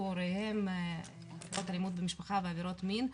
עליהם כמו עבירות אלימות במשפחה ואלימות מין.